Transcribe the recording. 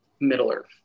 Middle-earth